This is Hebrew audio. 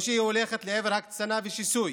או שהיא הולכת לעבר הקצנה ושיסוי